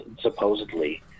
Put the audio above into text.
supposedly